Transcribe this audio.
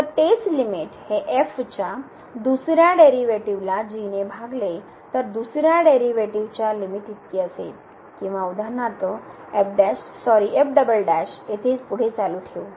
तर तेच लिमिट हे f च्या दुसर्या डेरिव्हेटिव्हला ने भागले तर दुसऱ्या डेरिव्हेटिव्हच्या लिमिट इतकी असेल किंवा उदाहरणार्थ सॉरी येथे पुढे चालू ठेवू